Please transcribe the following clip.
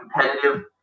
competitive